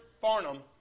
Farnham